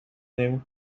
نمی